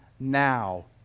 Now